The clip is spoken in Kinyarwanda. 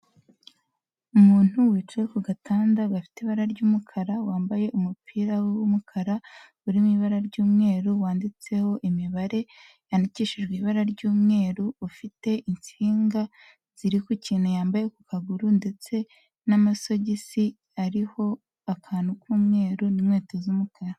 Umuntu wicaye ku gatanda gafite ibara ry'umukara, wambaye umupira w'umukara urimo ibara ry'umweru, wanditseho imibare yandikishijwe ibara ry'umweru, ufite insinga ziri ku kintu yambaye ku kaguru ndetse n'amasogisi ariho akantu k'umweru n'inkweto z'umukara.